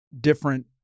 different